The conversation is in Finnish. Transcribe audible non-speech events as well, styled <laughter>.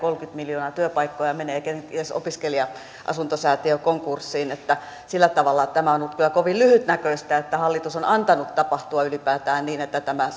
miljoonaa menee työpaikkoja ja kenties opiskelija asuntosäätiö konkurssiin sillä tavalla tämä on ollut kyllä kovin lyhytnäköistä että hallitus on antanut tapahtua ylipäätään niin että tämä <unintelligible>